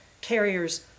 carriers